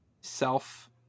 self